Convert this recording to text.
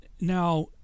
now